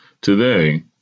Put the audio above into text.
today